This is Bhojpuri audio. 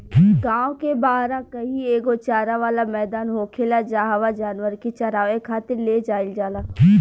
गांव के बाहरा कही एगो चारा वाला मैदान होखेला जाहवा जानवर के चारावे खातिर ले जाईल जाला